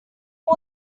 lot